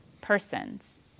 persons